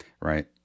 Right